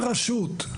אין רשות.